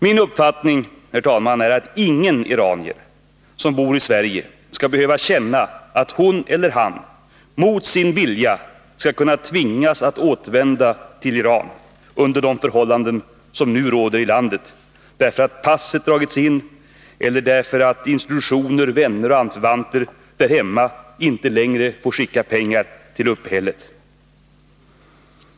Min uppfattning, herr talman, är att ingen iranier som bor i Sverige skall behöva känna att hon eller han mot sin vilja skall kunna tvingas att återvända till Iran under de förhållanden som nu råder i landet därför att. passet har dragits in eller därför att institutioner, vänner och anförvanter där hemma inte längre får skicka pengar till uppehället.